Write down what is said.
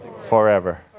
forever